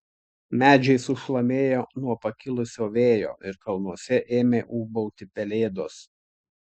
medžiai sušlamėjo nuo pakilusio vėjo ir kalnuose ėmė ūbauti pelėdos